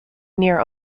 near